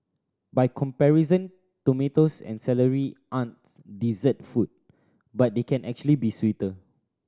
by comparison tomatoes and celery aren't dessert foods but they can actually be sweeter